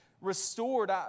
restored